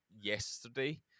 yesterday